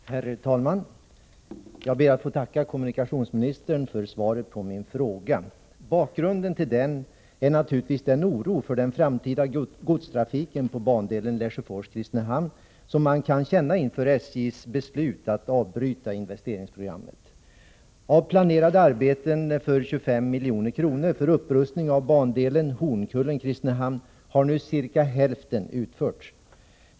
Herr talman! Jag ber att få tacka kommunikationsministern för svaret på min fråga. Bakgrunden till frågan är naturligtvis den oro för den framtida godstrafiken på bandelen Lesjöfors-Kristinehamn som man känner inför SJ:s beslut att avbryta investeringsprogrammet. Av planerade arbeten för 25 milj.kr. för upprustning av bandelen Hornkullen-Kristinehamn har nu cirka hälften utförts.